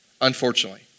unfortunately